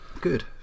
Good